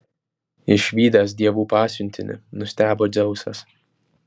išvydęs dievų pasiuntinį nustebo dzeusas